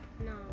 No